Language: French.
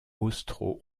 austro